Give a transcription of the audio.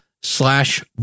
slash